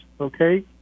okay